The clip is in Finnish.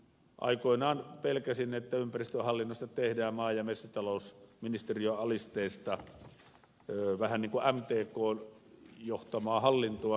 aikoinaan pelkäsin että ympäristöhallinnosta tehdään maa ja metsätalousministeriöalisteista vähän niin kuin mtkn johtamaa hallintoa